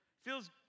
feels